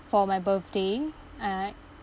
for my birthday at